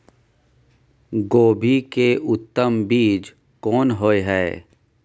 कोबी के उत्तम बीज कोन होय है?